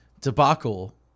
debacle